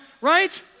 right